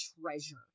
treasure